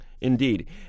Indeed